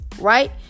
right